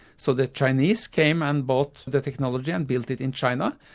so the chinese came and bought the technology and built it in china,